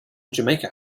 jamaica